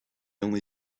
only